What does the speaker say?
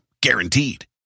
guaranteed